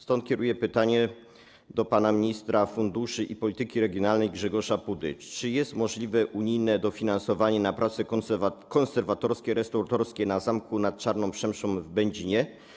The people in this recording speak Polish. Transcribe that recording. Stąd kieruję pytanie do pana ministra funduszy i polityki regionalnej Grzegorza Pudy: Czy jest możliwe unijne dofinansowanie na prace konserwatorskie, restauratorskie na zamku nad Czarną Przemszą w Będzinie?